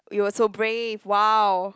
you were so brave !wow!